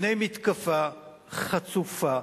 בפני מתקפה חצופה,